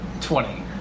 Twenty